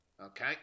Okay